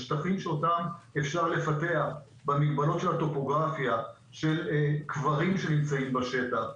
השטחים שאותם אפשר לפתח במגבלות של הטופוגרפיה של קברים שנמצאים בשטח,